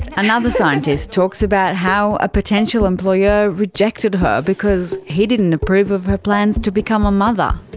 another scientist talks about how a potential employer rejected her because he didn't approve of her plans to become a mother.